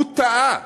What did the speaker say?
הוא טעה.